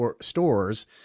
stores